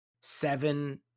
seven